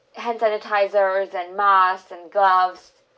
hand sanitizers and masks and gloves